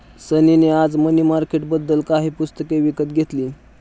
सनी ने आज मनी मार्केटबद्दल काही पुस्तके विकत घेतली